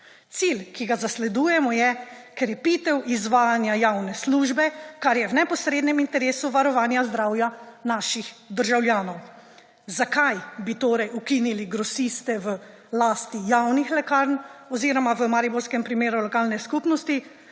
Cilj, ki ga zasledujemo, je krepitev izvajanja javne službe, kar je v neposrednem interesu varovanja zdravja naših državljanov. Zakaj bi torej ukinil grosiste v lasti javnih lekarn oziroma v mariborskem primeru lokalne skupnosti